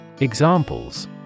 Examples